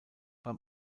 beim